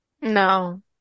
No